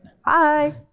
Hi